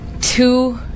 two